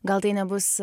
gal tai nebus